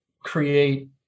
create